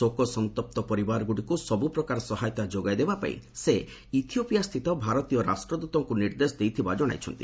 ଶୋକସନ୍ତପ୍ତ ପରିବାରଗୁଡ଼ିକୁ ସବୁପ୍ରକାର ସହାୟତା ଯୋଗାଇ ଦେବାପାଇଁ ସେ ଇଥିଓପିଆସ୍ଥିତ ଭାରତୀୟ ରାଷ୍ଟ୍ରଦୃତଙ୍କୁ ନିର୍ଦ୍ଦେଶ ଦେଇଥିବା ଜଣାଇଛନ୍ତି